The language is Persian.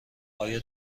آیا